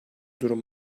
durum